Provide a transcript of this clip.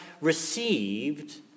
received